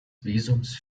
visums